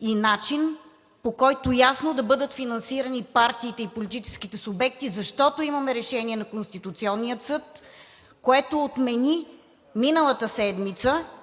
и начин, по който ясно да бъдат финансирани партиите и политическите субекти, защото имаме Решение на Конституционния съд, което миналата седмица отмени